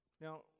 Now